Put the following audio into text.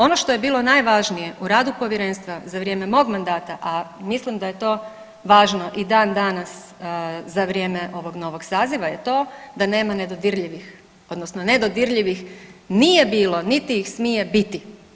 Ono što je bilo najvažnije u radu povjerenstva za vrijeme mog mandata, a mislim da je to važno i dan danas za vrijeme ovog novog saziva je to da nema nedodirljivih odnosno nedodirljivih nije bilo niti ih smije biti.